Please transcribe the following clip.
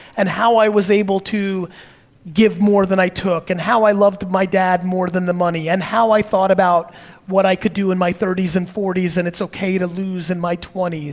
and how i was able to give more than i took, and how i loved my dad more than the money, and how i thought about what i could do in my thirty s and forty s and it's okay to lose in my twenty s,